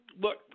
look